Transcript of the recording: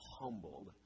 humbled